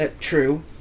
true